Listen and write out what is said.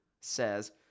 says